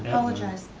apologize.